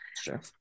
Sure